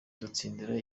gutsindira